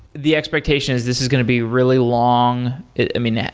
the expectation is this is going to be really long i mean,